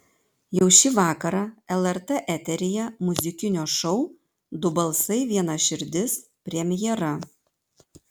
jau šį vakarą lrt eteryje muzikinio šou du balsai viena širdis premjera